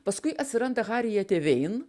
paskui atsiranda harijietė vein